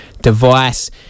device